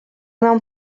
mewn